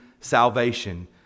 salvation